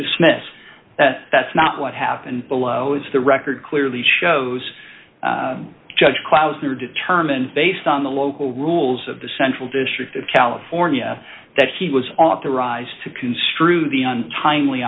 dismiss that's not what happened below is the record clearly shows judge klausner determined based on the local rules of the central district of california that he was authorized to construe the on timely